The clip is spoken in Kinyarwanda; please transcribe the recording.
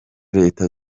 leta